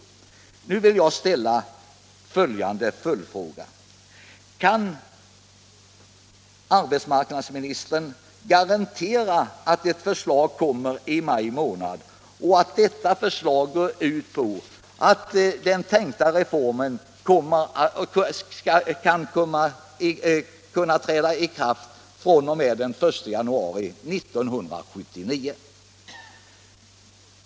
Jag vill då ställa följdfrågan: Kan arbetsmarknadsministern garantera att ett förslag läggs fram i maj månad och att det förslaget går ut på att den tänkta reformen kan träda i kraft den 1 januari 1979?